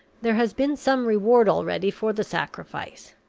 there has been some reward already for the sacrifice.